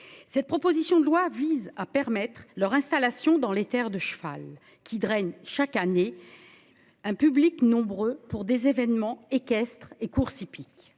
Cette proposition de loi vise à permettre leur installation dans les Terres de cheval qui draine chaque année. Un public nombreux pour des événements équestres et courses hippiques.